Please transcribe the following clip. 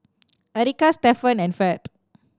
Erika Stefan and Ferd